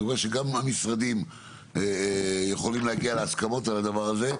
אני רואה שגם המשרדים יכולים להגיע להסכמות על הדבר הזה,